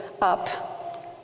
up